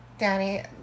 Danny